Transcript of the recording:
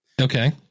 Okay